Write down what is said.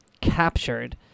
captured